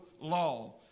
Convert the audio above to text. law